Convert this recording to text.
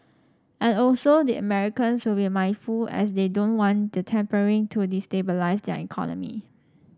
and also the Americans will mindful as they don't want the tapering to destabilise their economy